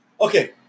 Okay